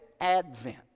advent